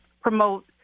promote